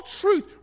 truth